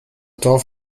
dorf